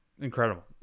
incredible